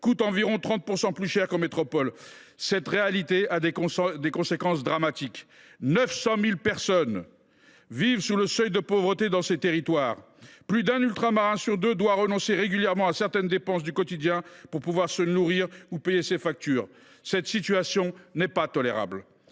coûtent environ 30 % plus cher qu’en métropole. Cette réalité a des conséquences dramatiques : 900 000 personnes vivent sous le seuil de pauvreté dans ces territoires. Plus d’un Ultramarin sur deux doit renoncer régulièrement à certaines dépenses du quotidien pour pouvoir se nourrir ou payer ses factures. Cette situation n’est pas tolérable.